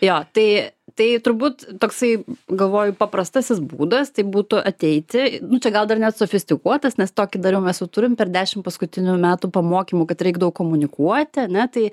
jo tai tai turbūt toksai galvoju paprastasis būdas tai būtų ateiti nu tai gal dar net sufistikuotas nes tokį dariau mes jau turim per dešimt paskutinių metų pamokymų kad reik daug komunikuoti ane tai